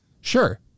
sure